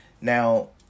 Now